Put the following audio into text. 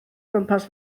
gwmpas